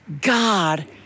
God